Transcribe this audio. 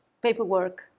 paperwork